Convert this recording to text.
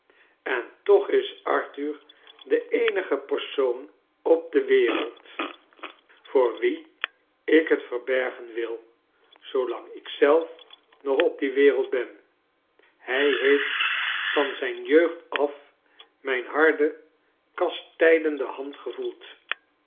en toch is arthur de eenige persoon op de wereld voor wie ik het ver j bergen wil zoolang ik zelf nog op die wereld ben hij heeft van zijn jeugd af mijn harde kastijdende hand gevoeld